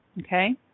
Okay